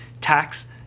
Tax